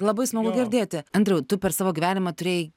labai smagu girdėti andriau tu per savo gyvenimą turėjai